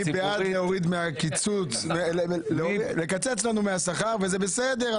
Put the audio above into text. מי בעד לקצץ לנו מהשכר, וזה בסדר.